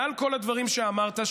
מעל כל הדברים שאמרת,